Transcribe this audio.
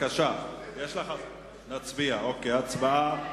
את הצעת חוק ביטוח בריאות ממלכתי (תיקון,